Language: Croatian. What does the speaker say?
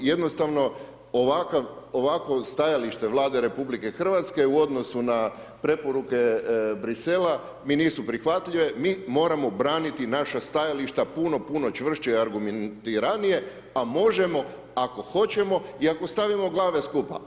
Jednostavno ovakvo stajalište Vlade RH u odnosu na preporuke Brisela mi nisu prihvatljive, mi moramo braniti naša stajališta puno puno čvršće i argumentarije, a možemo ako hoćemo i ako stavimo glave skupa.